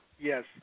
Yes